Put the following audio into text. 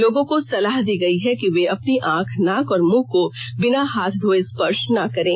लोगों को सलाह दी गई है कि वे अपनी आंख नाक और मुंह को बिना हाथ धोये स्पर्श न करें